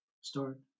start